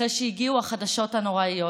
אחרי שהגיעו החדשות הנוראיות,